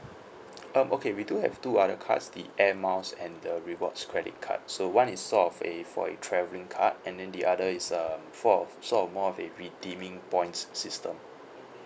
um okay we do have two other cards the air miles and the rewards credit card so one is sort of a for your travelling card and then the other is um for of sort of more of a redeeming points system